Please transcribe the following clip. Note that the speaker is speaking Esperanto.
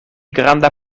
granda